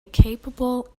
capable